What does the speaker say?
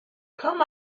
come